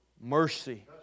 mercy